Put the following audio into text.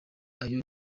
ayo